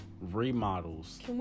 remodels